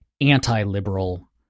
anti-liberal